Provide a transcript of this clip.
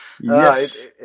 Yes